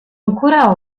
ancora